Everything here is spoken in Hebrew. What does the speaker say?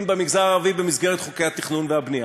במגזר הערבי במסגרת חוקי התכנון והבנייה.